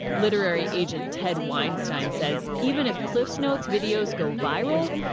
literary agent ted weinstein says even if cliffsnotes videos go viral,